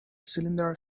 cylinder